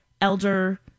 elder